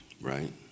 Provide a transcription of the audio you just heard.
right